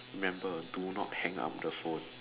remember do not hang up the phone